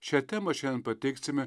šią temą šiandien pateiksime